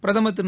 பிரதமர் திரு